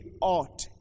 ought